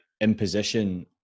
imposition